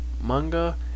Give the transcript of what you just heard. Manga